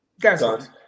Guys